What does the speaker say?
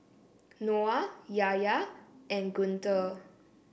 Noah Yahya and Guntur